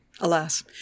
alas